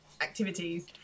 activities